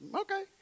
okay